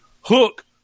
Hook